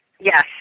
Yes